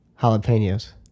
Jalapenos